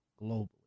globally